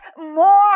more